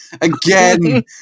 Again